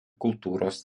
kultūros